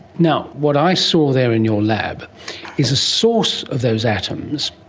now, what i saw there in your lab is source of those atoms,